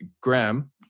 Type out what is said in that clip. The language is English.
Graham